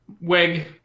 Weg